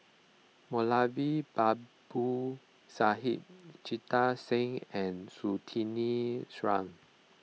Moulavi Babu Sahib Jita Singh and Surtini Sarwan